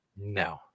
No